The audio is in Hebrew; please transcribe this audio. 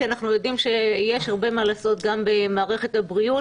כי אנחנו יודעים שיש הרבה מה לעשות גם במערכת הבריאות.